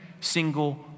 single